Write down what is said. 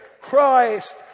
Christ